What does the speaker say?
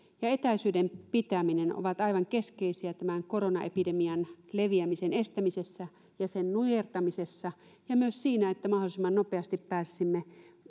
ja etäisyyden pitäminen ovat aivan keskeisiä tämän koronaepidemian leviämisen estämisessä ja sen nujertamisessa ja myös siinä että mahdollisimman nopeasti pääsisimme